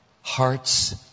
hearts